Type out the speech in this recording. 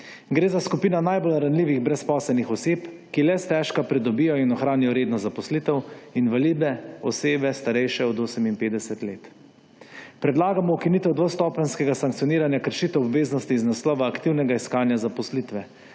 Gre za skupino najbolj ranljivih brezposelnih oseb, ki le stežka pridobijo in ohranijo redno zaposlitev, invalide, osebe, starejše od 58 let. Predlagamo ukinitev dvostopenjskega sankcioniranja kršitev obveznosti iz naslova aktivnega iskanja zaposlitve.